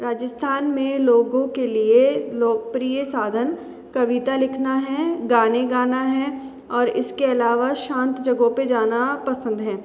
राजस्थान में लोगों के लिए लोकप्रिय साधन कविता लिखना हैं गाने गाना हैं और इसके अलावा शांत जगहों पे जाना पसंद है